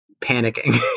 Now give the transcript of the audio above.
panicking